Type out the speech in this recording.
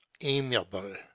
amiable